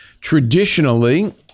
Traditionally